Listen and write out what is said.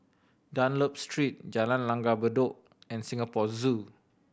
Dunlop Street Jalan Langgar Bedok and Singapore Zoo